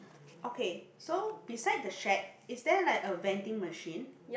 okay so beside the shack is there like a vending machine